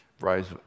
Rise